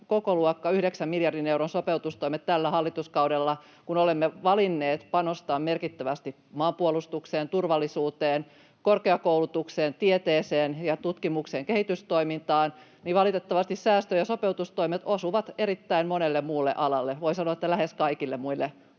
miljardin euron sopeutustoimet tällä hallituskaudella, kun olemme valinneet panostaa merkittävästi maanpuolustukseen, turvallisuuteen, korkeakoulutukseen, tieteeseen ja tutkimukseen, kehitystoimintaan, valitettavasti ne säästö‑ ja sopeutustoimet osuvat erittäin monelle muulle alalle — voi sanoa, että lähes kaikille muille aloille